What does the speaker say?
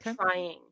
trying